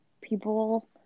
people